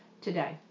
today